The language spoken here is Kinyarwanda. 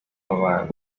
abana